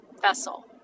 vessel